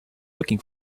looking